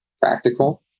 practical